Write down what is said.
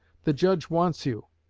the judge wants you.